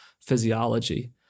physiology